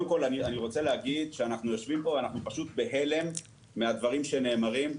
אנחנו יושבים פה בהלם מהדברים שנאמרים.